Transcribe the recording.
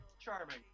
Charming